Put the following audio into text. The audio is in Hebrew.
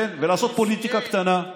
כן, ולעשות פוליטיקה קטנה.